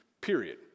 Period